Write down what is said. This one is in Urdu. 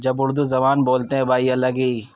جب اردو زبان بولتے ہیں بھائی الگ ہی